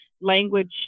language